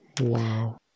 Wow